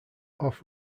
off